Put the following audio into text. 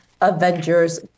Avengers